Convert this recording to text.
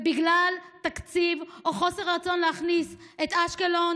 ובגלל תקציב או חוסר רצון להכניס את אשקלון